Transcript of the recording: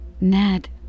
Ned